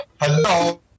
Hello